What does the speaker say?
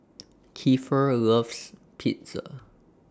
Kiefer loves Pizza